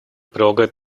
прилагать